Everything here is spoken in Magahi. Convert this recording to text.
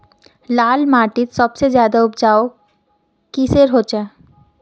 लाल माटित सबसे ज्यादा उपजाऊ किसेर होचए?